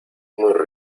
muy